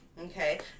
Okay